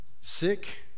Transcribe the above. sick